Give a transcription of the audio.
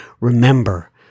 remember